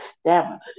stamina